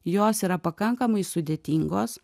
jos yra pakankamai sudėtingos